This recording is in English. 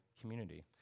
community